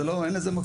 אין לזה מקום.